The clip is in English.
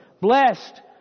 Blessed